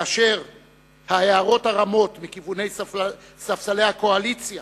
כאשר ההערות הרמות מכיוון ספסלי הקואליציה